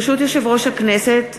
ברשות יושב-ראש הכנסת,